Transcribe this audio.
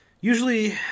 usually